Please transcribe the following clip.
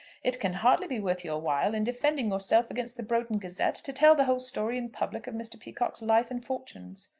it can hardly be worth your while, in defending yourself against the broughton gazette to tell the whole story in public of mr. peacocke's life and fortunes.